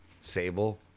Sable